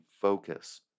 focus